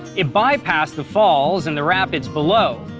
it bypassed the falls and the rapids below.